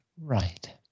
right